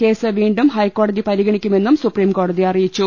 case വീണ്ടും ഹൈക്കോടതി പരിഗണിക്കു മെന്നും സുപ്രീംകോടതി അറിയിച്ചു